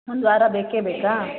ಒಂದು ವಾರ ಬೇಕೇ ಬೇಕಾ